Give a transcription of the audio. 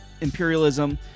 imperialism